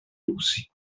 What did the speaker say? russi